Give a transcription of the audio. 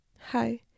hi